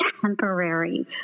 temporary